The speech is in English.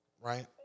right